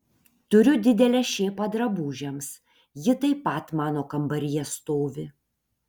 turiu didelę šėpą drabužiams ji taip pat mano kambaryje stovi